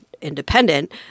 independent